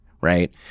right